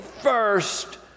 first